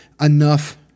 enough